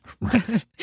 Right